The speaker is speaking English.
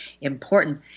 important